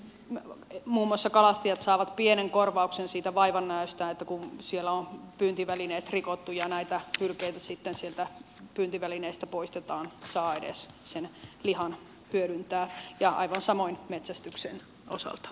nyt muun muassa kalastajat saavat pienen korvauksen siitä vaivannäöstään kun siellä on pyyntivälineet rikottu ja näitä hylkeitä sitten sieltä pyyntivälineistä poistetaan ja saa edes sen lihan hyödyntää ja aivan samoin on metsästyksen osalta